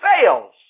fails